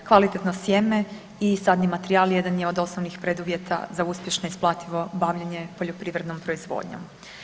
Kvalitetno sjeme i sadni materijal jedan je od osnovnih preduvjeta za uspješno bavljenje poljoprivrednom proizvodnjom.